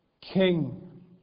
King